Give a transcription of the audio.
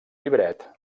llibret